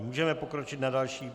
Můžeme pokročit na další.